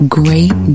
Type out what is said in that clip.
great